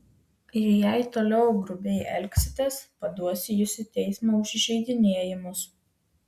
ir jei toliau grubiai elgsitės paduosiu jus į teismą už įžeidinėjimus